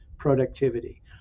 Productivity